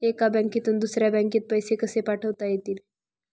एका बँकेतून दुसऱ्या बँकेत पैसे कसे पाठवता येतील?